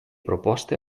proposte